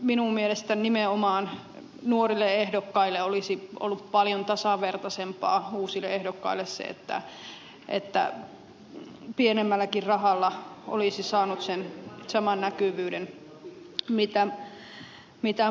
minun mielestäni nimenomaan nuorille ehdokkaille uusille ehdokkaille olisi ollut paljon tasavertaisempaa se että pienemmälläkin rahalla olisi saanut sen saman näkyvyyden kuin muut